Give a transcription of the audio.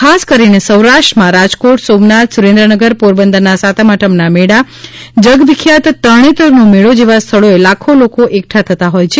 ખાસ કરીને સૌરાષ્ટ્રમાં રાજકોટ સોમનાથ સુરેન્દ્રનગર પોરબંદરના સાતમ આઠમના મેળા જગવિખ્યાત તરણેતરનો મેળો જેવા સ્થળોએ લાખો લોકો એકઠા થતાં હોય છે